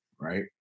right